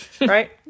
right